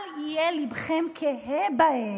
אל יהא לבכם קהה בהם.